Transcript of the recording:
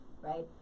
right